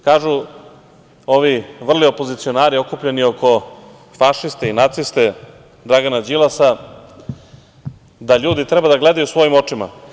Kažu ovi vrli opozicionari okupljeni oko fašiste i naciste Dragana Đilasa da ljudi treba da gledaju svojim očima.